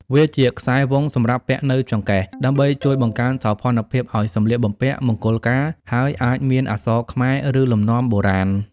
វាជាខ្សែវង់សម្រាប់ពាក់នៅចង្កេះ ដើម្បីជួយបង្កើនសោភណ្ឌភាពឲ្យសម្លៀកបំពាក់មង្គលការ ហើយអាចមានអក្សរខ្មែរ ឬលំនាំបុរាណ។